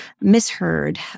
misheard